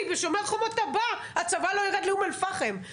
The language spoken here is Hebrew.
ב"שומר חומות": הצבא לא ירד לאום אל-פחם.